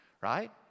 right